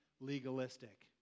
legalistic